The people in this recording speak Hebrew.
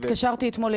התקשרתי אתמול,